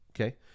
okay